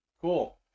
Cool